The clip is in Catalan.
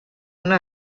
una